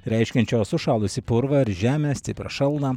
reiškiančio sušalusį purvą ar žemę stiprią šalną